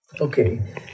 Okay